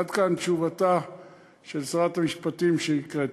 עד כאן תשובתה של שרת המשפטים, שהקראתי.